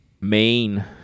main